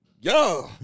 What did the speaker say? Yo